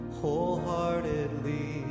wholeheartedly